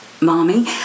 Mommy